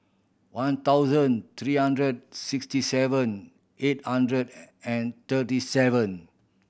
one thousand three hundred sixty seven eight hundred and thirty seven